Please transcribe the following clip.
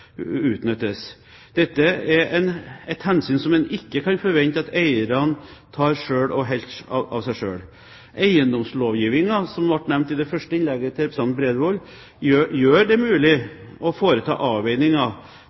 utnyttes. Dette er et hensyn som en ikke kan forvente at eierne tar selv. Eiendomslovgivningen, som ble nevnt i det første innlegget til representanten Bredvold, gjør det